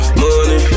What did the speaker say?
money